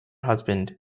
husband